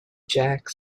jack